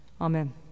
Amen